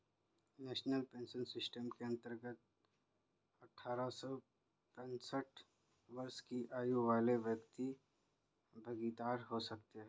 national pension system के अंतर्गत अठारह से पैंसठ वर्ष की आयु वाले व्यक्ति भागीदार हो सकते हैं